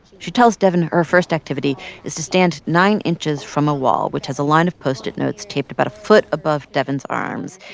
she tells devyn her first activity is to stand nine inches from a wall, which has a line of post-it notes taped about a foot above devyn's arms,